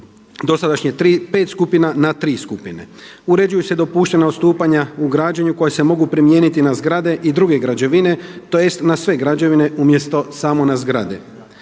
dosadašnjih 5 skupina na 3 skupine. Uređuju se dopuštena odstupanja u građenju koja se mogu primijeniti na zgrade i druge građevine, tj. na sve građevine umjesto samo na zgrade.